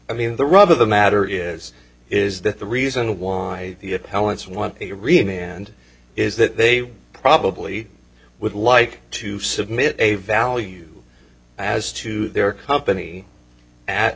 i mean the rub of the matter is is that the reason why the appellant's want to remain and is that they probably would like to submit a value as to their company at